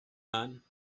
men